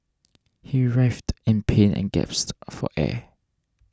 he writhed in pain and gasped for air